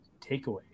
takeaway